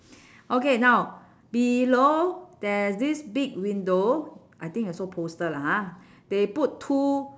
okay now below there's this big window I think I saw poster lah ha they put two